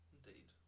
Indeed